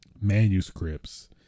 manuscripts